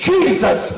Jesus